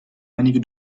einige